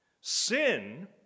Sin